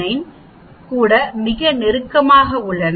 89 கூட மிக நெருக்கமாக உள்ளன